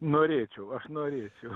norėčiau aš norėčiau